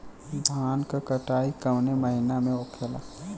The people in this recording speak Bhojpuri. धान क कटाई कवने महीना में होखेला?